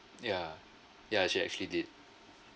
ya ya she actually did